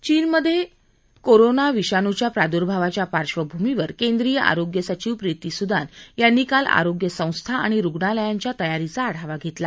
चीनमधे झालेल्या कोरोना विषाणूच्या प्रादुर्भावाच्या पार्वभूमीवर केंद्रीय आरोग्य सचिव प्रीती सुदान यांनी काल आरोग्य संस्था आणि रुग्णालयांच्या तयारीचा आढावा घेतला